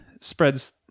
spreads